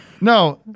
No